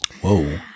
Whoa